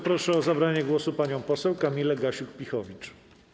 Proszę o zabranie głosu panią poseł Kamilę Gasiuk-Pihowicz.